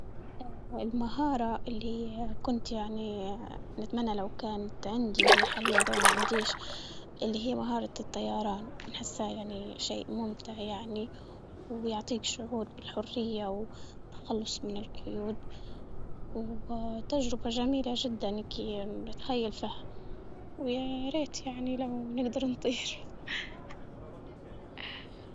آآ المهارة اللي كنت يعني آآ نتمنى لو كانت عندي وهي حاليا دواء ما عنديش اللي هي مهارة الطيران، بحسها يعني شيء ممتع يعني ويعطيك شعور بالحرية والتخلص من القيود وتجربة جميلة جدا لكي نتخيل فيها ويا ريت يعني لو نقدر نطير.